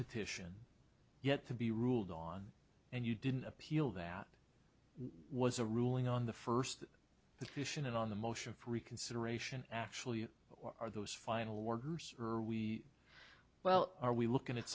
petition yet to be ruled on and you didn't appeal that was a ruling on the first question and on the motion for reconsideration actually or are those final orders are we well are we looking at